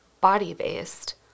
body-based